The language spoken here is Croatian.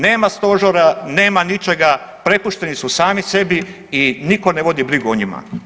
Nema stožera, nema ničega, prepušteni smo sami sebi i nitko ne vodi brigu o njima.